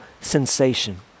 sensation